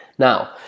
Now